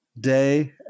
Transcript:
day